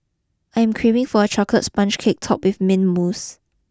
I am craving for a chocolate sponge cake topped with mint mousse